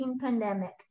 pandemic